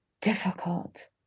difficult